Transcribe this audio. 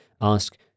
Ask